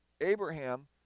Abraham